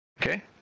Okay